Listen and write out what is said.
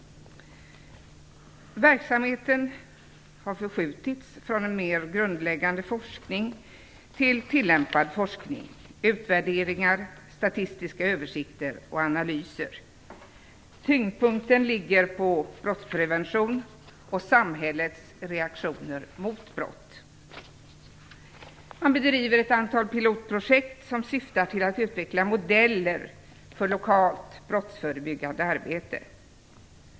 Verksamheten har förskjutits från mer grundläggande forskning till tillämpad forskning, utvärderingar, statistiska översikter och analyser. Tyngdpunkten ligger på brottsprevention och samhällets reaktioner mot brott. Man bedriver ett antal pilotprojekt som syftar till att utveckla modeller för lokalt brottsförebyggande arbete.